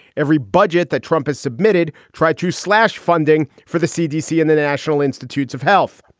every budget that trump has submitted tried to slash funding for the cdc and the national institutes of health.